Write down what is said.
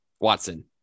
Watson